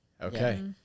Okay